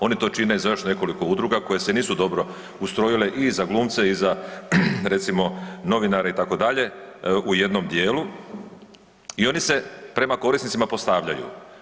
Oni to čine sa još nekoliko udruge koje se nisu dobro ustrojile, i za glumce, i za recimo novinare itd., u jednom djelu, i oni se prema korisnima postavljaju.